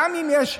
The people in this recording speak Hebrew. גם אם יש,